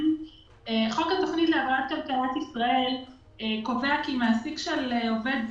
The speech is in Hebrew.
חוק התוכנית להבראת כלכלת ישראל קובע כי מעסיק של עובד זר,